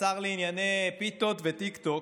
לשר לענייני פיתות וטיקטוק,